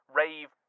rave